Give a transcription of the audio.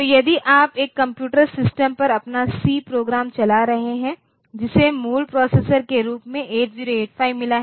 तो यदि आप एक कंप्यूटर सिस्टम पर अपना सी प्रोग्राम चला रहे हैं जिसे मूल प्रोसेसर के रूप में 8085 मिला है